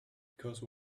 because